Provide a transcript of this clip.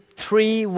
three